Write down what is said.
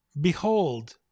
Behold